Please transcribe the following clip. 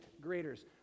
graders